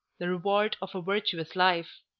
the reward of a virtuous life.